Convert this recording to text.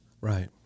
Right